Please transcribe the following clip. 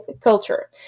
culture